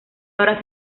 ahora